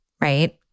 right